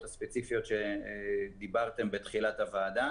הספציפיות עליהן דיברתם בתחילת הדיון.